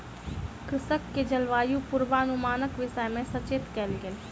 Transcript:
कृषक के जलवायु पूर्वानुमानक विषय में सचेत कयल गेल